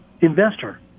investor